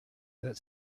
that